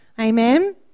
amen